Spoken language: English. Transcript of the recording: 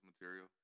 material